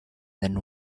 then